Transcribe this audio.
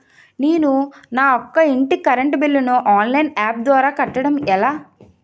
నేను నా యెక్క ఇంటి కరెంట్ బిల్ ను ఆన్లైన్ యాప్ ద్వారా కట్టడం ఎలా?